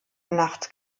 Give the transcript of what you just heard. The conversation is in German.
nachts